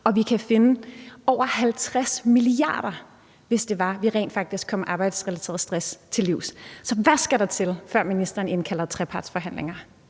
og vi kunne finde over 50 mia. kr., hvis det var, at vi rent faktisk kom arbejdsrelateret stress til livs. Så hvad skal der til, før ministeren indkalder til trepartsforhandlinger?